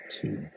two